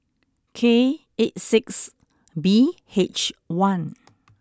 K eight six B H one